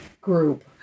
group